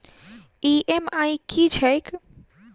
EMI की छैक?